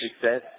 success